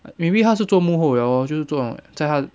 but maybe 他是做幕后 liao orh 就是做那种在他